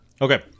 Okay